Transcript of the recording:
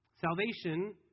Salvation